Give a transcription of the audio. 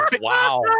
Wow